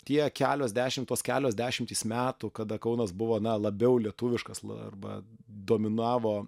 tie kelios dešim tos kelios dešimtys metų kada kaunas buvo na labiau lietuviškas arba dominavo